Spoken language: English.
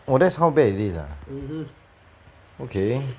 !wah! that's how bad it is ah okay